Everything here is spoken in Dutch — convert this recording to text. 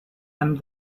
hem